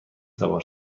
سوار